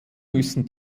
müssen